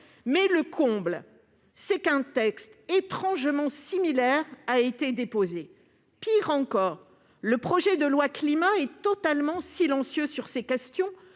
Le comble, c'est qu'un texte étrangement similaire a été déposé. Pis encore, le projet de loi Climat est totalement silencieux sur ces questions,